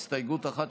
יש הסתייגות אחת,